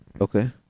Okay